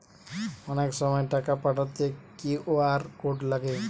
অনেক সময় টাকা পাঠাতে কিউ.আর কোড লাগে